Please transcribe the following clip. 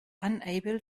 unable